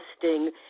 testing